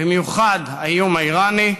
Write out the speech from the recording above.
במיוחד האיום האיראני,